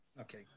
okay